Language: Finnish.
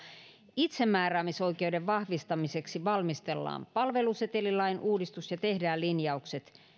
itsemääräämisoikeuden vahvistamiseksi valmistellaan palvelusetelilain uudistus ja tehdään linjaukset